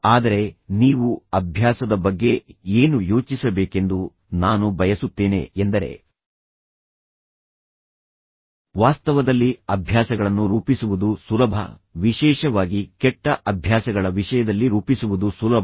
ಆದರೆ ನೀವು ಅಭ್ಯಾಸದ ಬಗ್ಗೆ ಏನು ಯೋಚಿಸಬೇಕೆಂದು ನಾನು ಬಯಸುತ್ತೇನೆ ಎಂದರೆ ವಾಸ್ತವದಲ್ಲಿ ಅಭ್ಯಾಸಗಳನ್ನು ರೂಪಿಸುವುದು ಸುಲಭ ವಿಶೇಷವಾಗಿ ಕೆಟ್ಟ ಅಭ್ಯಾಸಗಳ ವಿಷಯದಲ್ಲಿ ರೂಪಿಸುವುದು ಸುಲಭ